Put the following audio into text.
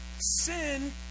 sin